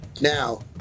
Now